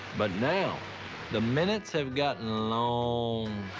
but now the minutes have gotten long.